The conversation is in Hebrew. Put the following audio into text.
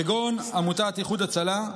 כגון עמותת איחוד הצלה,